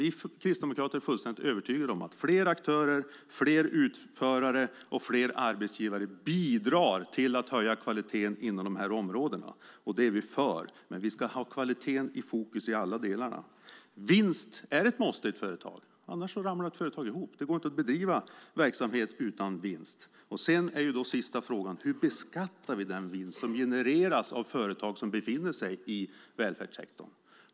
Vi kristdemokrater är fullständigt övertygade om att fler aktörer, fler utförare och fler arbetsgivare bidrar till att höja kvaliteten inom de här områdena. Det är vi för, men vi ska ha kvaliteten i fokus i alla delar. Vinst är ett måste i ett företag - annars ramlar företaget ihop. Det går inte att driva verksamhet utan vinst. Sedan är den sista frågan: Hur beskattar vi den vinst som genereras av företag som befinner sig i välfärdssektorn?